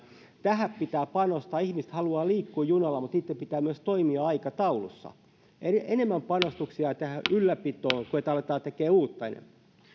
tähän pitää panostaa ihmiset haluavat liikkua junalla mutta niitten pitää myös toimia aikataulussa eli ennemmin panostuksia tähän ylläpitoon kuin että aletaan tekemään uutta